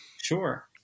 Sure